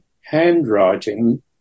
handwriting